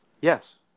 Yes